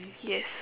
yes